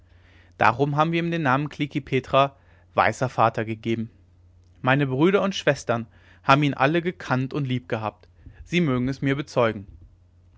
darum haben wir ihm den namen klekih petra weißer vater gegeben meine brüder und schwestern haben ihn alle gekannt und lieb gehabt sie mögen es mir bezeugen